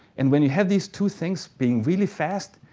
and when you have these two things being really fast,